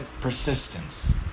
persistence